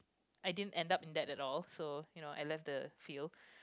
I didn't end up in that at all so you know I left the field